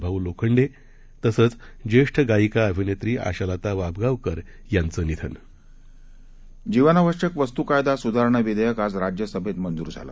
भाऊ लोखंडे तसंच ज्येष्ठ गायिका अभिनेत्री आशालता वाबगावकर यांचं निधन जीवनावश्यक वस्तू कायदा सुधारणा विधेयक आज राज्यसभेत मंजूर झालं